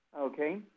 okay